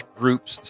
groups